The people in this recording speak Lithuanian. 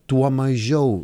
tuo mažiau